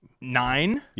Nine